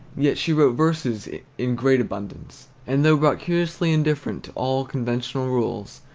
yet she wrote verses in great abundance and though brought curiously indifferent to all conventional rules,